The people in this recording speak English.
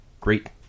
great